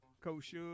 Coach